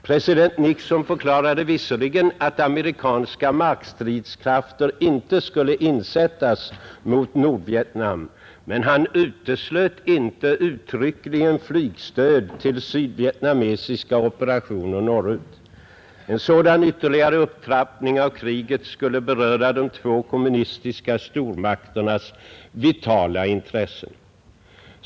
President Nixon förklarade visserligen att amerikanska markstridskrafter inte skulle insättas mot Nordvietnam, men han uteslöt inte uttryckligen flygstöd till sydvietnamesiska operationer norrut. En sådan ytterligare upptrappning av kriget skulle beröra de två kommunistiska stormakternas vitala intressen.